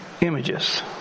Images